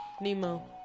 Nemo